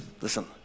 listen